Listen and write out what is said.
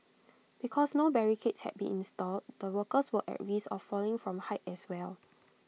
because no barricades had been installed the workers were at risk of falling from height as well